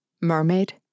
Mermaid